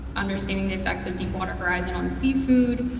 understanding the effects of deep water horizon on seafood,